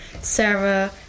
Sarah